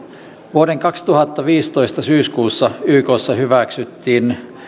vuoden kaksituhattaviisitoista syyskuussa ykssa hyväksyttiin